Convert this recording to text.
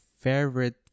favorite